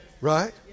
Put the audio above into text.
Right